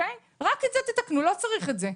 רק את זה תתקנו, לא צריך את זה.